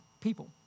people